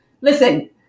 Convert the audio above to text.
listen